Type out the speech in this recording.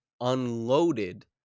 unloaded